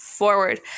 Forward